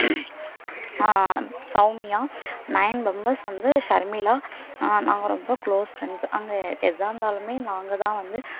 Soumya Nayan members வந்து ஷர்மிளா நாங்கள் ரொம்ப கிளோஸ் ஃபிரெண்ட்ஸு அங்கே எ எதாக இருதாலுமே நாங்கள் தான் வந்து